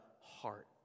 heart